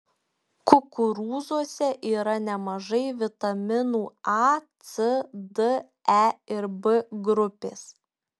kukurūzuose yra nemažai vitaminų a c d e ir b grupės